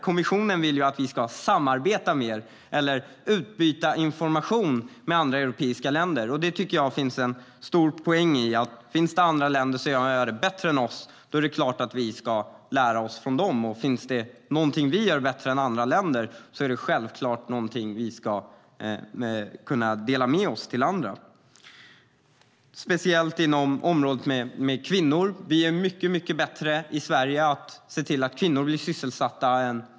Kommissionen vill att vi ska samarbeta mer, eller utbyta information, med andra europeiska länder. Jag tycker att det finns en stor poäng i detta - om det finns andra länder som gör detta bättre än vi är det klart att vi ska lära oss från dem, och om det finns någonting som vi gör bättre än andra länder är det självfallet någonting vi ska kunna dela med oss till andra av. Det gäller speciellt inom området med kvinnor. Sverige är mycket bättre än andra länder på att se till att kvinnor blir sysselsatta.